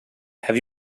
have